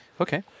Okay